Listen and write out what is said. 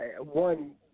one